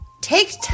take